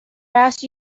asked